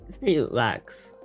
Relax